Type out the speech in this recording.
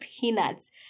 peanuts